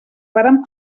varen